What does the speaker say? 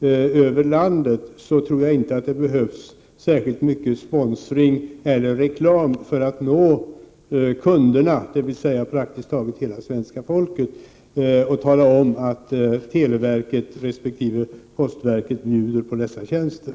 över landet tror jag inte att det behövs särskilt mycket sponsring eller reklam för att nå kunderna, dvs. praktiskt taget hela svenska folket, och tala om att televerket resp. postverket bjuder på dessa tjänster.